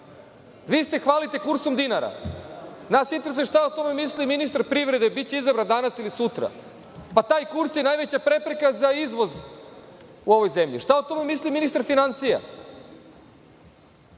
Vi se hvalite kursom dinara. Nas interesuje šta o tome misli ministar privrede, biće izabran danas ili sutra Taj kurs je najveća prepreka za izvoz u ovoj zemlji. Šta o tome misli ministar finansija?